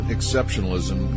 Exceptionalism